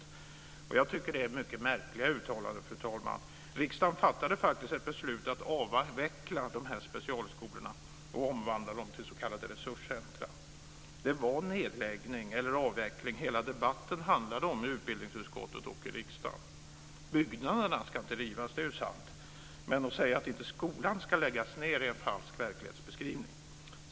Jag tycker, fru talman, att det är ett mycket märkligt uttalande. Riksdagen fattade faktiskt beslut om att avveckla de här specialskolorna och omvandla dem till s.k. resurscentra. Det var nedläggning eller avveckling som hela debatten handlade om i utbildningsutskottet och i riksdagen. Byggnaderna ska inte rivas, och det är ju sant. Men att säga att skolan inte ska läggas ned är en falsk verklighetsbeskrivning.